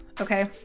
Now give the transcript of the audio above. okay